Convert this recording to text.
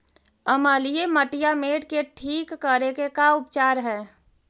अमलिय मटियामेट के ठिक करे के का उपचार है?